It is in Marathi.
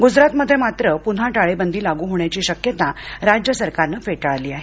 गुजरातमध्ये मात्र पुन्हा टाळेबंदी लागू होण्याची शक्यता राज्य सरकारनं फेटाळली आहे